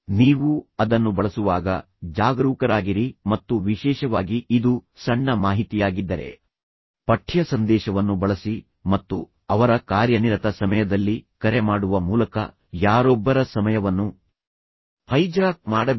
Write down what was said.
ನೀವು ಅದನ್ನು ಬಳಸುವಾಗ ಜಾಗರೂಕರಾಗಿರಿ ಮತ್ತು ವಿಶೇಷವಾಗಿ ಇದು ಸಣ್ಣ ಮಾಹಿತಿಯಾಗಿದ್ದರೆ ಪಠ್ಯ ಸಂದೇಶವನ್ನು ಬಳಸಿ ಮತ್ತು ಅವರ ಕಾರ್ಯನಿರತ ಸಮಯದಲ್ಲಿ ಕರೆ ಮಾಡುವ ಮೂಲಕ ಯಾರೊಬ್ಬರ ಸಮಯವನ್ನು ಹೈಜಾಕ್ ಮಾಡಬೇಡಿ